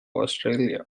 australia